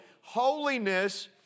holiness